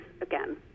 again